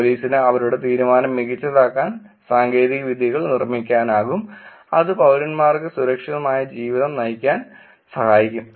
പോലീസിന് അവരുടെ തീരുമാനം മികച്ചതാക്കാൻ സാങ്കേതിക വിദ്യകൾ നിർമ്മിക്കാനാകും അത് പൌരന്മാർക്ക് സുരക്ഷിതമായ ജീവിതം നയിക്കാൻ സഹായിക്കും